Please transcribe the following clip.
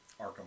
Arkham